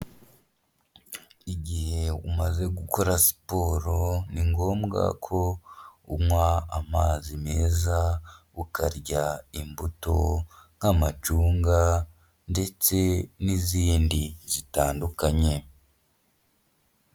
Igihe umaze gukora siporo ni ngombwa ko unywa amazi meza ukarya imbuto nk'amacunga ndetse n'izindi zitandukanye.